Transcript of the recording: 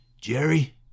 Jerry